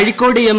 Azhikode M